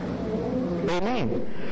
Amen